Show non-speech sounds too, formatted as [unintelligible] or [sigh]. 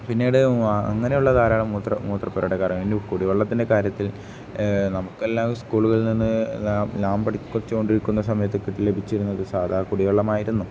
പിന്നീട് അങ്ങനെയുള്ള കാരാളം മൂത്ര മൂത്രപ്പുരയുടെ [unintelligible] കുടിവെള്ളത്തിൻ്റെ കാര്യത്തിൽ നമുക്കെല്ലാം സ്കൂളുകളിൽനിന്ന് [unintelligible] ഞാൻ പടിച്ചുകൊണ്ടിരിക്കുന്ന സമയത്തൊക്കെ ലഭിച്ചിരുന്നത് സാധാ കുടിവെള്ളമായിരുന്നു